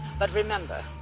but remember,